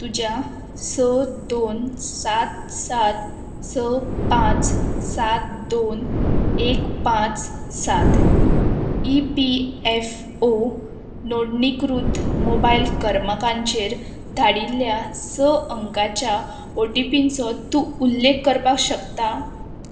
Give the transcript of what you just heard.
तुज्या स दोन सात सात स पांच सात दोन एक पांच सात ई पी एफ ओ नोंदणीकृत मोबायल करमाकांचेर धाडिल्ल्या स अंकाच्या ओ टी पीचो तूं उल्लेख करपाक शकता